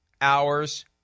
hours